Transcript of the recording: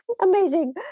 Amazing